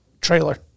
trailer